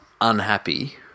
unhappy